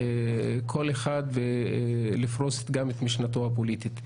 כל אחד לפרוס את משנתו הפוליטית.